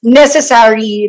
necessary